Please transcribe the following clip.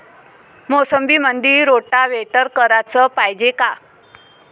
मोसंबीमंदी रोटावेटर कराच पायजे का?